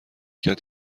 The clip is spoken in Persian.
کرد